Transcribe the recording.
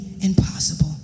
impossible